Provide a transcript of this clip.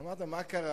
אמרת: מה קרה